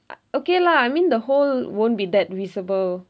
okay lah I mean the hole won't be that visible